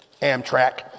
Amtrak